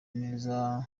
neza